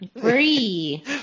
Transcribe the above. Free